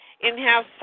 in-house